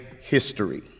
history